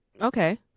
okay